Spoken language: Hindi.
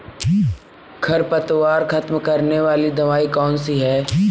खरपतवार खत्म करने वाली दवाई कौन सी है?